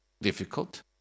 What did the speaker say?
difficult